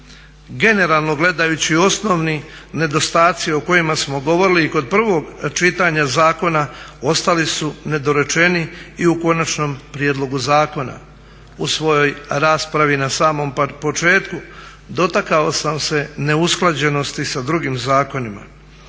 Generalno gledajući osnovni nedostaci o kojima smo govorili i kod prvog čitanja zakona ostali su nedorečeni i u konačnom prijedlogu zakona. U svojoj raspravi na samom početku dotakao sam se neusklađenosti sa drugim zakonima.